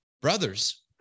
brothers